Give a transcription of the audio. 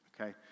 okay